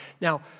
Now